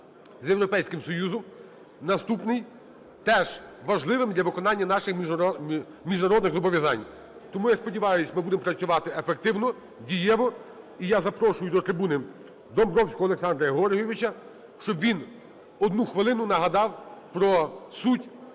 з Європейським Союзом. Наступний – теж важливий для виконання наших міжнародних зобов'язань. Тому я сподіваюсь, ми будемо працювати ефективно, дієво. І я запрошую до трибуни Домбровського Олександра Георгійовича, щоб він 1 хвилину нагадав про суть